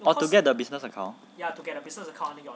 oh to get the business account